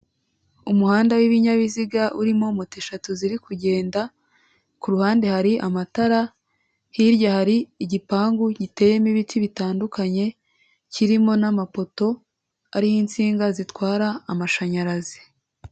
Umuhanda w'ibinyabiziga urimo moto eshatu ziri kugenda, ku ruhande hari amatara, hirya hari igipangu giteyemo ibiti bitandukanye, kirimo n'amapoto ariho insinga zitwara amashanyarazi.